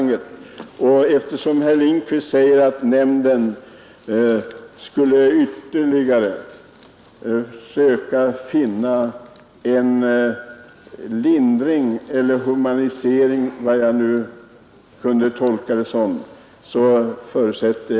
Herr Lindkvist säger att nämnden skall ytterligare söka företa en lindring eller humanisering — eller hur man skall tolka hans uttalande.